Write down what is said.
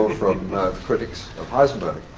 from critics of heisenberg.